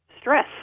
Stress